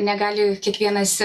negali kiekvienas